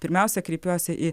pirmiausia kreipiuosi į